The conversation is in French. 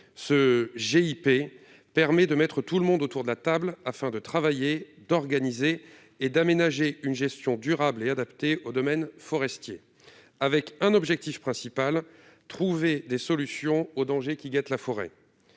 ce GIP met tout le monde autour de la table pour travailler à l'organisation et l'aménagement d'une gestion durable et adaptée au domaine forestier, avec un objectif principal : trouver des solutions face aux dangers qui guettent la forêt.